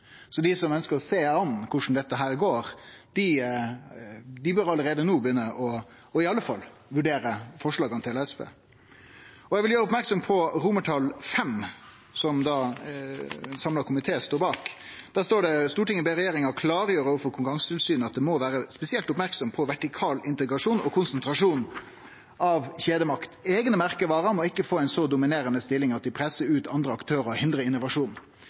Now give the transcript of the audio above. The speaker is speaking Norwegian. så dei som ønskjer å sjå an korleis dette går, bør allereie no i alle fall begynne å vurdere forslaga til SV. Eg vil gjere merksam på romartal V, som ein samla komité står bak. Der står det: «Stortinget ber regjeringen klargjøre overfor Konkurransetilsynet at de må være spesielt oppmerksomme på vertikal integrasjon og konsentrasjon av kjedemakt. Egne merkevarer må ikke få en så dominerende stilling at de presser ut andre aktører og hindrer innovasjon.»